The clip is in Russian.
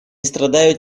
страдают